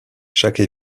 chaque